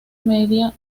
media